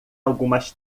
algumas